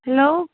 hello